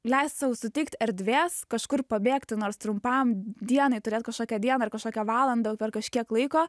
leist sau suteikt erdvės kažkur pabėgti nors trumpam dienai turėti kažkokią dieną ir kažkokią valandą jau per kažkiek laiko